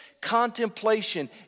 contemplation